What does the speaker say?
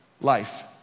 life